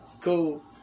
Cool